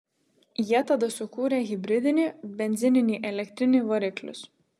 jie tada sukūrė hibridinį benzininį elektrinį variklius